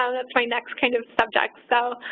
um that's my next kind of subject. so